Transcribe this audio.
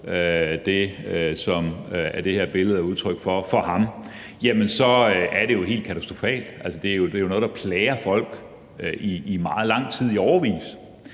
det billede er udtryk for, ser det jo helt katastrofalt ud. Altså, det er jo noget, der plager folk i meget lang tid, i årevis,